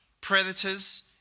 predators